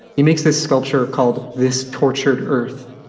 he makes this sculpture called this tortured earth,